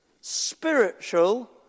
spiritual